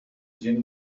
gent